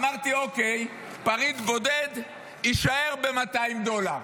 אמרתי, אוקיי, פריט בודד יישאר ב-200 דולר,